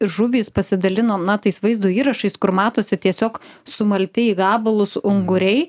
žuvys pasidalinom na tais vaizdo įrašais kur matosi tiesiog sumalti į gabalus unguriai